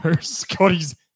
Scotty's